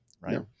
right